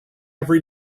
every